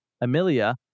Amelia